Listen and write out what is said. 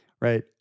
Right